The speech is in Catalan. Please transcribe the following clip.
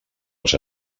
les